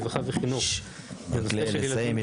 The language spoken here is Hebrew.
רווחה וחינוך בנושא ילדים ונוער ומניעה -- תסיים.